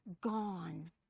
gone